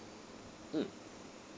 mm